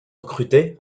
recruté